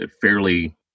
fairly